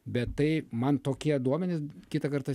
bet tai man tokie duomenys kitą kartą